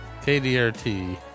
KDRT